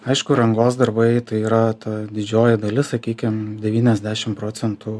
aišku rangos darbai tai yra ta didžioji dalis sakykim devyniasdešim procentų